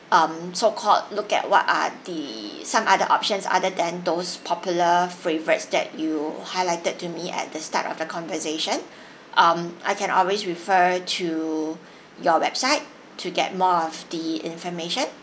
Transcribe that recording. um so called look at what are the some other options other than those popular favourites that you highlighted to me at the start of the conversation um I can always refer to your website to get more of the information